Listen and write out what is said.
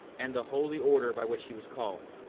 and the holy order by which he was called.